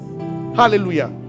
Hallelujah